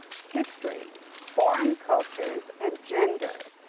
history, foreign cultures and gender,